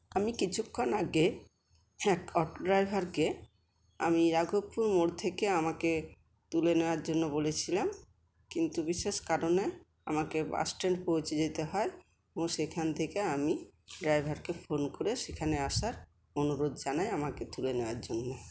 আমি কিছুক্ষণ আগে এক অটো ড্রাইভারকে আমি রাঘবপুর মোড় থেকে আমাকে তুলে নেওয়ার জন্য বলেছিলাম কিন্তু বিশেষ কারণে আমাকে বাসস্ট্যান্ড পৌঁছে যেতে হয় এবং সেখান থেকে আমি ড্রাইভারকে ফোন করে সেখানে আসার অনুরোধ জানাই আমাকে তুলে নেওয়ার জন্য